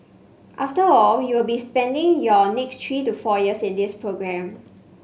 after all you will be spending your next three to four years in this programme